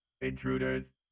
Intruders